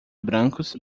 brancos